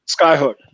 Skyhook